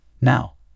Now